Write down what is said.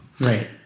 Right